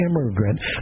immigrant